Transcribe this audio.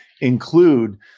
include